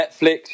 Netflix